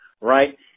right